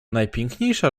najpiękniejsza